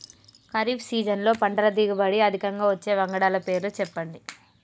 ఖరీఫ్ సీజన్లో పంటల దిగుబడి అధికంగా వచ్చే వంగడాల పేర్లు చెప్పండి?